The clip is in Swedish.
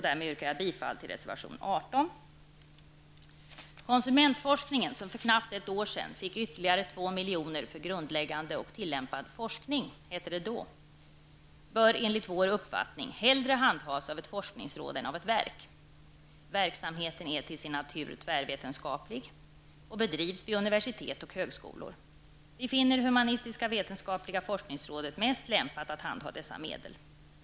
Därmed yrkar jag bifall till reservation Konsumentforskningen, som för knappt ett år sedan fick ytterligare 2 milj.kr. för grundläggande och tillämpad forskning, såsom det då hette, bör enligt vår uppfattning hellre handhas av ett forskningsråd än av ett verk. Verksamheten är till sin natur tvärvetenskaplig och bedrivs vid universitet och högskolor. Vi finner det humanistiskt--vetenskapliga forskningsrådet mest lämpat att handha dessa medel.